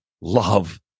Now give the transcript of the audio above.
love